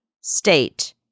state